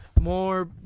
more